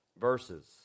verses